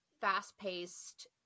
fast-paced